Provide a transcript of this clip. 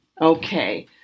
Okay